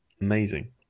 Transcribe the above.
amazing